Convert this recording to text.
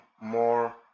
more